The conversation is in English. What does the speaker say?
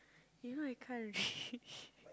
you know I can't reach